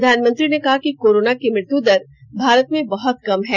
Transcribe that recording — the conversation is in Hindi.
प्रधानमंत्री ने कहा कि कोरोना की मृत्युदर भारत में बहुत कम है